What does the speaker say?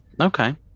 Okay